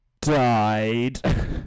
died